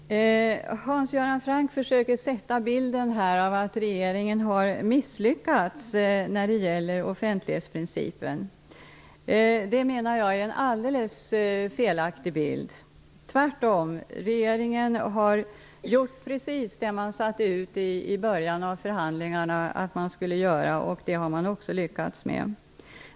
Herr talman! Hans Göran Franck försöker här måla upp bilden av att regeringen har misslyckats när det gäller offentlighetsprincipen. Jag menar att det är en alldeles felaktig bild. Tvärtom har regeringen gjort precis det som man föresatte sig att göra i början av förhandlingarna, vilket man också har lyckats med.